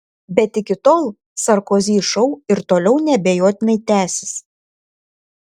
bet iki tol sarkozy šou ir toliau neabejotinai tęsis